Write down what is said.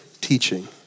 teaching